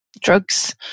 drugs